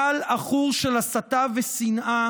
גל עכור של הסתה ושנאה